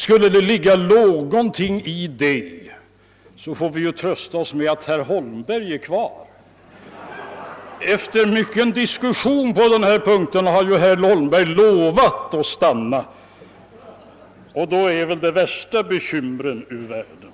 Skulle det ligga någonting i det, kan vi trösta oss med att herr Holmberg är kvar. — Efter mycken diskussion på denna punkt har ju herr Holmberg lovat att stanna och då är väl de värsta bekymren ur världen.